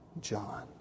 John